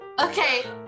Okay